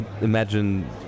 imagine